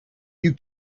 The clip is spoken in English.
you